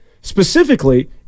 specifically